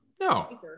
No